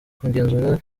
kugenzura